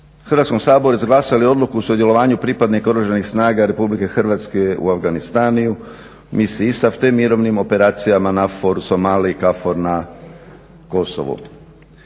Hrvatskom saboru izglasali Odluku o sudjelovanju pripadnika Oružanih snaga RH u Afganistanu misiji ISAF te mirovnim operacijama NFOR u Somaliji i KFOR na Kosovu.